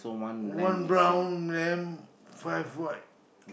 one brown lamb five white